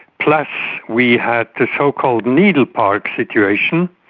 plus we had the so-called needle park situation,